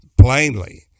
plainly